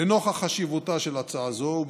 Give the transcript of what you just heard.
לנוכח חשיבותה של הצעה זו,